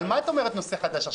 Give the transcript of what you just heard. על מה את אומרת נושא חדש?